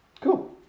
Cool